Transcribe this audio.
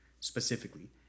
specifically